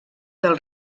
del